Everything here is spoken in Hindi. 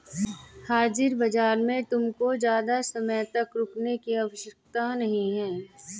हाजिर बाजार में तुमको ज़्यादा समय तक रुकने की आवश्यकता नहीं है